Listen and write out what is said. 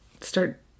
start